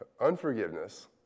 unforgiveness